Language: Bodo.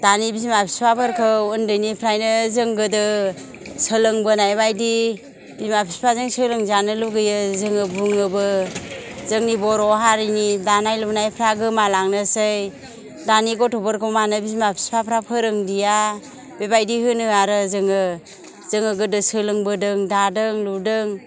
दानि बिमा बिफाफोरखौ आन्दैनिफ्रायनो जों गोदो सोलोंबोनायबायदि बिमा बिफाजों सोलोंजानो लुगैयो जोङो बुङोबो जोंनि बर' हारिनि दानाय लुनायफ्रा गोमालांनोसै दानि गथ'फोरखौ मानो बिमा बिफाफ्रा फोरोंदिया बेबायदि होनो आरो जोङो जोङो गोदो सोलोंबोदों दादों लुदों